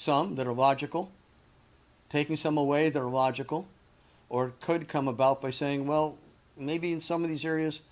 some that are logical taking some away that are logical or could come about by saying well maybe in some of these areas